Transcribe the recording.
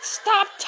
stop